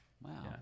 Wow